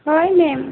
হয় মেম